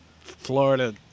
florida